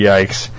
Yikes